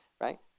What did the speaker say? right